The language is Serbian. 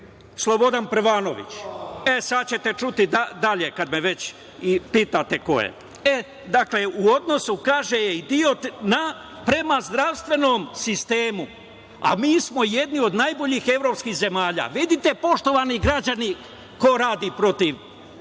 Slobodan Prvanović. Sada ćete čuti dalje kada me već pitate ko je. Kaže - u odnosu je idiot prema zdravstvenom sistemu, a mi smo jedni od najboljih evropskih zemalja. Vidite, poštovani građani, ko radi protiv